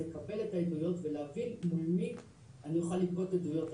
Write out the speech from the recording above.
לקבל את העדויות ולהבין מול מי אני אוכל לגבות עדויות.